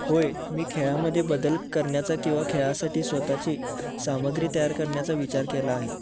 होय मी खेळामध्ये बदल करण्याचा किंवा खेळासाठी स्वतःची सामग्री तयार करण्याचा विचार केला आहे